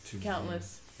Countless